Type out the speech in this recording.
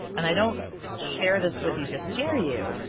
and i don't share this with you to scare you,